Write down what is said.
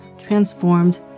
transformed